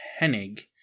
Hennig